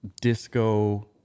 disco